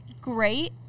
great